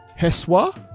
Heswa